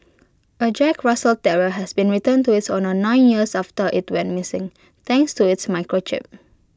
A Jack Russell terrier has been returned to its owners nine years after IT went missing thanks to its microchip